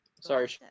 sorry